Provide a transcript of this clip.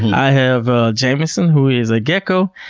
and i have jamison, who is a gecko,